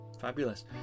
Fabulous